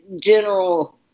general